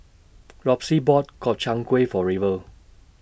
Lossie bought Gobchang Gui For River